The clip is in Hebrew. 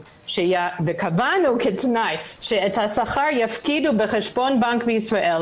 וקבענו כתנאי שאת השכר יפקידו בחשבון בנק בישראל,